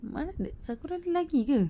mana boleh that sakura ada lagi ke